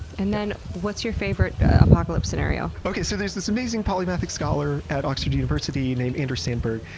and then, what's your favorite apocalypse scenario? okay, so there's this amazing polymathic scholar at oxford university named anders sandberg,